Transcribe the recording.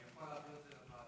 אני יכול להעביר את זה לוועדה?